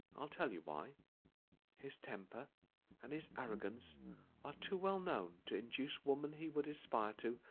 i'll tell you why his temper and his arrogance are too well known to induce women he would aspire to,